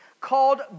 called